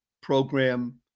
program